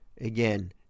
again